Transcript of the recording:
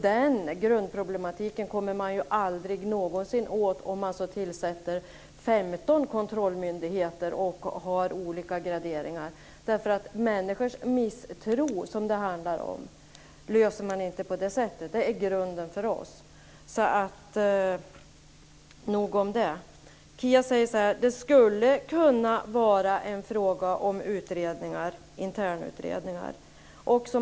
Den problematiken kommer man aldrig någonsin åt om man så tillsätter 15 kontrollmyndigheter med olika graderingar, därför att människors misstro, som det handlar om, motverkar man inte på det sättet. Detta är vår grundinställning, så nog om det. Kia säger att det skulle kunna vara en fråga om internutredningar.